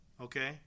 okay